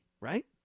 Right